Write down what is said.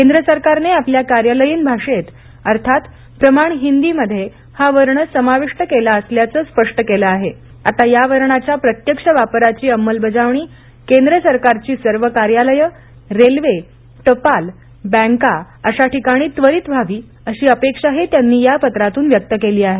केंद्र सरकारने आपल्या कार्यालयीन भाषेत अर्थात प्रमाण हिंदीमध्ये हा वर्ण समाविष्ट केला असल्याचं स्पष्ट केलं आहे आता या वर्णाच्या प्रत्यक्ष वापराची अंमलबजावणी केंद्र सरकारची सर्व कार्यालयं रेल्वे टपाल बँका अशा ठिकाणी त्वरित व्हावी अशी अपेक्षाही त्यांनी या पत्रातून व्यक्त केली आहे